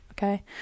okay